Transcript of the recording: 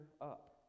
up